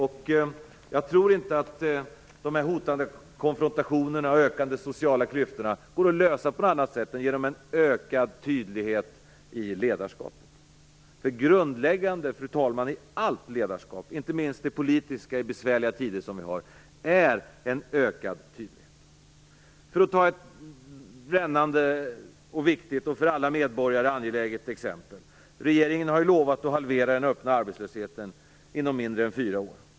Jag tror inte att dessa hotande konfrontationer och ökande sociala klyftorna går att lösa på något annat sätt än genom en ökad tydlighet i ledarskapet. Fru talman! Grundläggande i allt ledarskap, inte minst i det politiska i de besvärliga tider som vi har, är en ökad tydlighet. Låt mig ta ett brännande, viktigt och för alla medborgare angeläget exempel. Regeringen har ju lovat att halvera den öppna arbetslösheten inom mindre än fyra år.